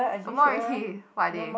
no more already what are they